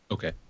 Okay